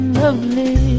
lovely